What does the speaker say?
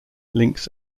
links